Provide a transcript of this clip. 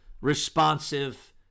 responsive